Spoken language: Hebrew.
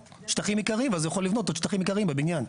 שטחים עיקריים ואז הוא יכול לבנות עוד שטחים עיקריים בבניין.